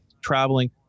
traveling